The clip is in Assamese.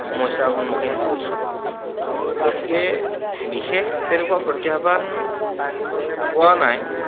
সমস্যাৰ সন্মুখীন হৈছোঁ গতিকে বিশেষ তেনেকুৱা প্ৰত্যাহ্বান পোৱা নাই